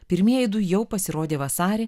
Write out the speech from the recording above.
pirmieji du jau pasirodė vasarį